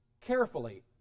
carefully